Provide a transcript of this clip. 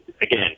again